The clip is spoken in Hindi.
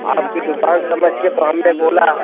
आपकी दुकान समझ के तो हमने बोला